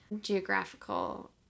geographical